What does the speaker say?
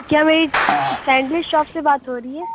کیا میری sandal shop سے بات ہو رہی ہے